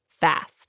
fast